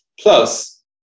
Plus